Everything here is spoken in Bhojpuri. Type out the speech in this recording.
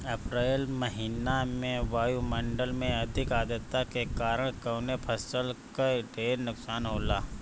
अप्रैल महिना में वायु मंडल में अधिक आद्रता के कारण कवने फसल क ढेर नुकसान होला?